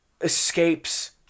escapes